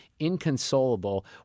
inconsolable